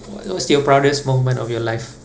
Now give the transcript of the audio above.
what what's your proudest moment of your life